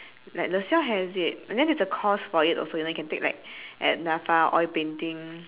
like laselle has it and then there's a course for it also then you can take at NAFA like oil painting